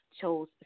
chose